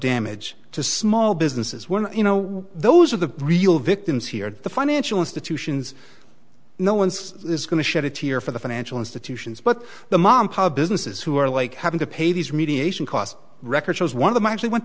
damage to small businesses when you know what those are the real victims here the financial institutions no one is going to shed a tear for the financial institutions but the mom businesses who are like having to pay these mediation costs record shows one of them actually went